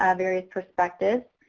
um various perspective,